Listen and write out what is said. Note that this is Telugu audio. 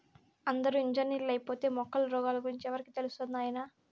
అందరూ ఇంజనీర్లైపోతే మొక్కల రోగాల గురించి ఎవరికి తెలుస్తది నాయనా